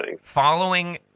Following